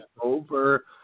over